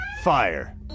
fire